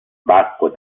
bacco